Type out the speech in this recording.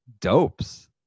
dopes